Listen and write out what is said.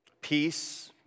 peace